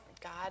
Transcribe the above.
God